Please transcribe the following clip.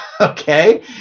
Okay